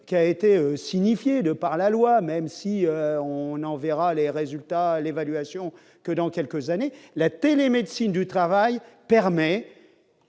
qui a été signifié de par la loi, même si on a, on verra les résultats l'évaluation que dans quelques années la télé-médecine du travail permet